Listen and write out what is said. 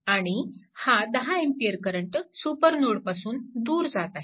आणि हा10A करंट सुपरनोडपासून दूर जात आहे